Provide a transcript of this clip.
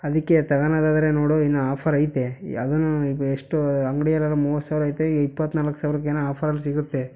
ಅದಕ್ಕೆ ತಗಳದಾದ್ರೆ ನೋಡು ಇನ್ನೂ ಆಫರ್ ಐತೆ ಯಾವ್ದಾನಾ ಎಷ್ಟು ಅಂಗಡಿಯಲ್ಲೆಲ್ಲ ಮೂವತ್ತು ಸಾವಿರ ಐತೆ ಇಪ್ಪತ್ತ ನಾಲ್ಕು ಸಾವಿರಕ್ಕೇನ ಆಫರಲ್ಲಿ ಸಿಗುತ್ತೆ